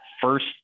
first